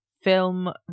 film